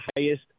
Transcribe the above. highest